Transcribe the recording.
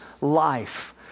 life